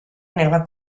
nella